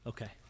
Okay